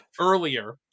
earlier